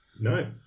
No